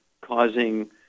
causing